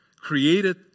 created